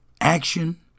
action